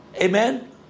Amen